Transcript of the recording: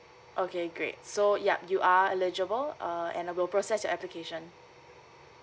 okay great so yup you are eligible uh and I will process your application